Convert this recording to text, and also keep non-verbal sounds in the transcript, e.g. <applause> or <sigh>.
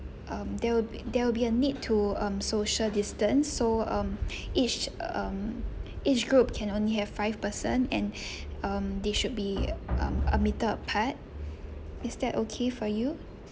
um there will there will be a need to um social distance so um each um each group can only have five person and <breath> um they should be um a metre apart is that okay for you